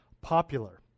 popular